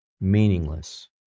meaningless